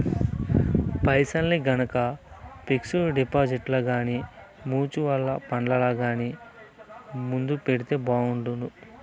పైసల్ని గనక పిక్సుడు డిపాజిట్లల్ల గానీ, మూచువల్లు ఫండ్లల్ల గానీ మదుపెడితే బాగుండు